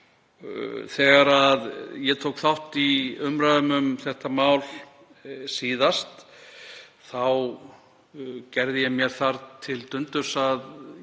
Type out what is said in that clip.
Þegar ég tók þátt í umræðum um þetta mál síðast gerði ég mér það til dundurs að